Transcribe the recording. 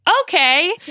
okay